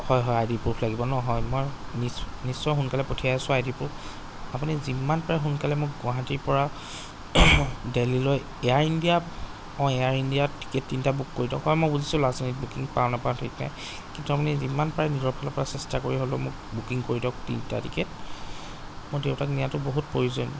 হয় হয় I D proof লাগিব ন হয় মই নিশ্চয় সোনকালে পঠিয়াই আছোঁ আই ডি প্ৰুফ আপুনি যিমান পাৰে সোনকালে মোক গুৱাহাটীৰপৰা দেল্হীলৈ এয়াৰ ইণ্ডিয়া হয় এয়াৰ ইণ্ডিয়াত টিকেট তিনিটা বুক কৰি দিয়ক হয় মই বুজিছোঁ লাষ্ট মিনিট বুকিং পাওঁ নেপাওঁ ঠিক নাই কিন্তু আপুনি যিমান পাৰে নিজৰ ফালৰপৰা চেষ্টা কৰি হ'লেও মোক বুকিং কৰি দিয়ক তিনিটা টিকেট মোৰ দেউতাক নিয়াতো বহুত প্ৰয়োজন